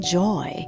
joy